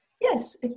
Yes